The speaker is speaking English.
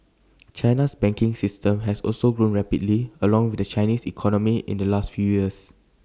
China's banking system has also grown rapidly along with the Chinese economy in the last few years